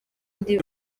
ndi